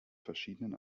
verschiedenen